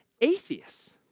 atheists